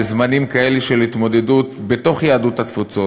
בזמנים כאלה של התמודדות בתוך יהדות התפוצות,